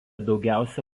daugiausia